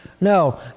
No